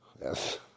Yes